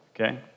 okay